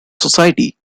society